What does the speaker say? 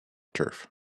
turf